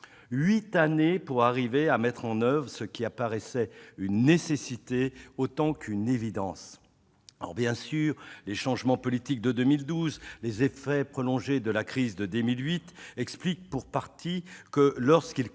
huit années pour arriver à mettre en oeuvre ce qui apparaissait comme une nécessité autant que comme une évidence. Bien sûr, les changements politiques de 2012 et les effets prolongés de la crise de 2008 expliquent pour partie que, alors qu'il convenait